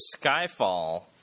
Skyfall